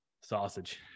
sausage